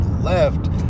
left